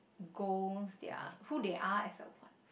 goals their who they are as a what